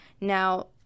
Now